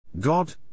God